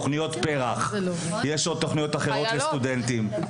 תוכניות פר"ח ויש עוד תוכניות אחרות לסטודנטים,